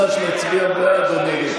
הממשלה רוצה שנצביע בעד או נגד?